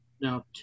now